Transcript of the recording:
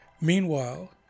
Meanwhile